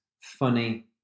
funny